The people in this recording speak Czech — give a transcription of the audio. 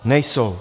Nejsou?